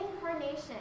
incarnation